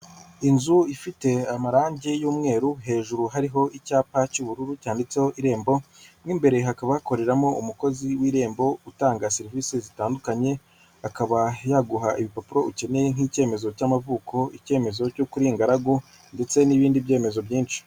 Inzu ifite amarange y'umweru hejuru hariho icyapa cy'ubururu cyanditseho irembo, mo imbere hakaba hakoreramo umukozi w'irembo utanga serivisi zitandukanye, akaba yaguha ibipapuro ukeneye nk'icyemezo cy'amavuko, icyemezo cy'uko uri ingaragu ndetse n'ibindi byemezo byinshi.